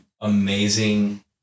amazing